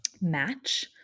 match